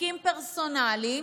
חוקים פרסונליים,